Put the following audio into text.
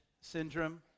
syndrome